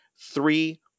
three